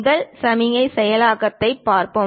முதல் சமிக்ஞை செயலாக்கத்தைப் பார்ப்போம்